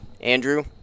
Andrew